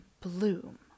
Bloom